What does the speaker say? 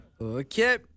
Okay